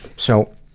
so,